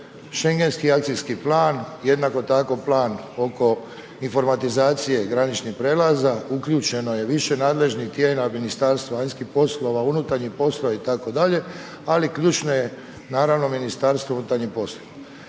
Schengenski akcijski plan, jednako tako plan oko informatizacije graničnih prijelaza, uključeno je više nadležnih tijela, Ministarstvo vanjskih poslova, unutarnjih poslova, ali ključno je naravno MUP. Ja stoga pitam